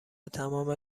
تمام